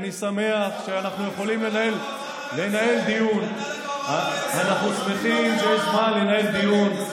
אני שמח שאנחנו יכולים לנהל דיון --- אבתיסאם מראענה נתנה לך